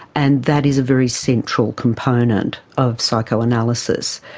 and that is a very central component of psychoanalysis.